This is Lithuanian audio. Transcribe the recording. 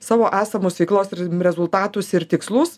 savo esamus veiklos rezultatus ir tikslus